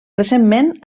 recentment